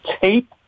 tape